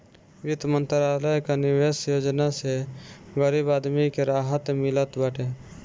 वित्त मंत्रालय कअ निवेश योजना से गरीब आदमी के राहत मिलत बाटे